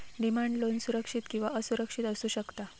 demand loan सुरक्षित किंवा असुरक्षित असू शकता